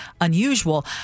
unusual